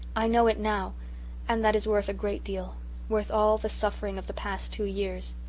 i know it now and that is worth a great deal worth all the suffering of the past two years.